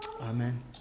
Amen